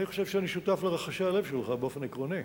אני חושב שאני שותף לרחשי הלב שלך באופן עקרוני.